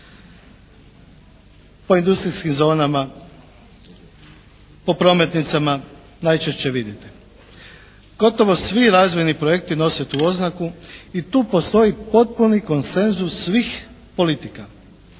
po industrijskim zonama, po prometnicama najčešće vidite. Gotovo svi razvojni projekti nose tu oznaku i tu postoji potpuni koncenzus svih politika.